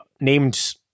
named